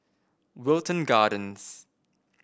Wilton Gardens